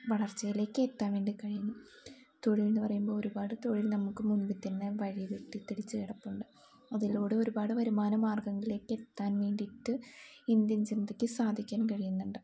വളർച്ചയിലേക്കെത്താൻ വേണ്ടി കഴിയുന്നു തൊഴിൽ എന്ന് പറയുമ്പോൾ ഒരുപാട് തൊഴിൽ നമുക്ക് മുമ്പിൽ തന്നെ വഴിവെട്ടിത്തടിച്ച് കിടപ്പുണ്ട് അതിലൂടെ ഒരുപാട് വരുമാന മാർഗ്ഗങ്ങളിലേക്ക് എത്താൻ വേണ്ടിയിട്ട് ഇന്ത്യൻ ജനതക്ക് സാധിക്കാൻ കഴിയുന്നുണ്ട്